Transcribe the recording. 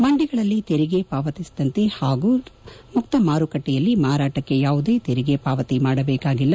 ಮಂಡಿಗಳಲ್ಲಿ ತೆರಿಗೆ ಪಾವತಿಸಿದಂತೆ ಹಾಗೂ ಮುಕ್ತ ಮಾರುಕಟ್ಟೆಯಲ್ಲಿ ಮಾರಾಟಕ್ಕೆ ಯಾವುದೇ ತೆರಿಗೆ ಪಾವತಿ ಮಾಡಬೇಕಾಗಿಲ್ಲ